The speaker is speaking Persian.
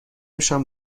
شام